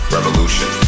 Revolution